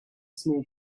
small